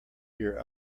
your